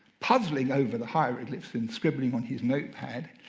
puzzling over the hieroglyphs and scribbling on his notepad,